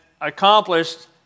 accomplished